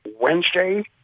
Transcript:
Wednesday